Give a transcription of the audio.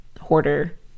hoarder